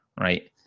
right